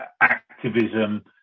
activism